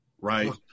right